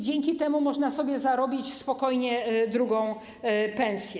Dzięki temu można sobie zarobić spokojnie drugą pensję.